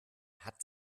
hat